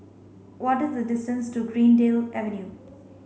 what the distance to Greendale Avenue